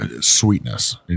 sweetness